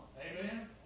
amen